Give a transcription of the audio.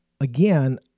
again